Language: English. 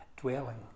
dwelling